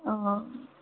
हा